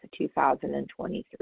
2023